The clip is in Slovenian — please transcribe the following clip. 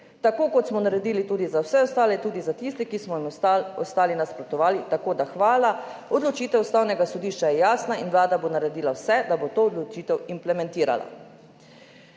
Tako kot smo naredili tudi za vse ostale, tudi za tiste, ki so jim ostali nasprotovali. Tako da hvala. /…/ Odločitev Ustavnega sodišča je jasna in vlada bo naredila vse, da bo to odločitev implementirala.«